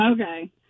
Okay